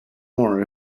more